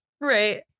right